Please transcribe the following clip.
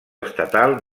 estatal